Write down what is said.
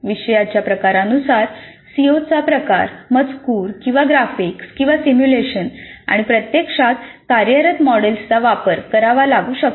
विषयाच्या प्रकारानुसार सीओचा प्रकार मजकूर किंवा ग्राफिक्स किंवा सिम्युलेशन किंवा प्रत्यक्षात कार्यरत मॉडेल्सचा वापर करावा लागू शकतो